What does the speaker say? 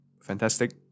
fantastic